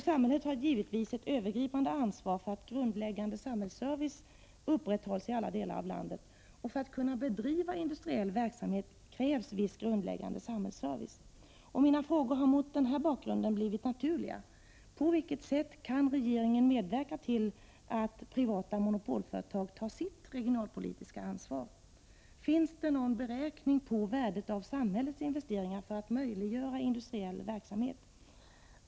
Samhället har givetvis ett övergripande ansvar för att grundläggande samhällsservice upprätthålls i alla delar av landet. Och för att Mina frågor har mot denna bakgrund blivit naturliga: På vilket sätt kan regeringen medverka till att privata monopolföretag tar sitt regionalpolitiska ansvar? Finns det någon beräkning på värdet av samhällets investeringar för att möjliggöra industriell verksamhet?